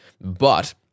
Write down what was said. But-